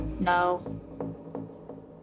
No